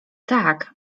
tak